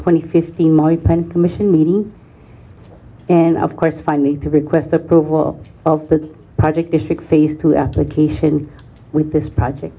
meeting and of course finally to request approval of the project district face to application with this project